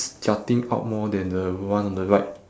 it's jutting out more than the one on the right